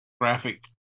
graphic